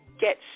get